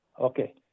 Okay